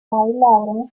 lawrence